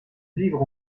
vivre